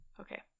Okay